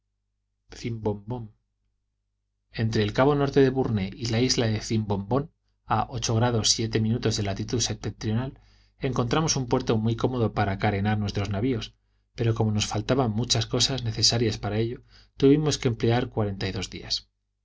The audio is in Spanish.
entre el cabo norte de burné y la isla de cimbombón a grados siete minutos de latitud septentrional encontramos un puerto muy cómodo para carenar nuestros navios pero como nos faltaban muchas cosas necesarias para ello tuvimos que emplear cuarenta y dos días